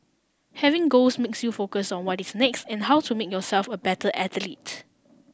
having goals makes you focus on what is next and how to make yourself a better athlete